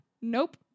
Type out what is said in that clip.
Nope